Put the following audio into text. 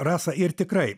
rasa ir tikrai